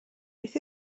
beth